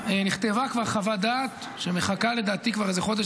כבר נכתבה חוות דעת שמחכה לדעתי כבר איזה חודש